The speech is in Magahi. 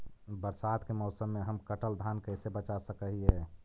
बरसात के मौसम में हम कटल धान कैसे बचा सक हिय?